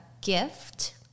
gift